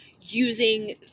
using